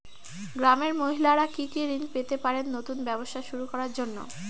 গ্রামের মহিলারা কি কি ঋণ পেতে পারেন নতুন ব্যবসা শুরু করার জন্য?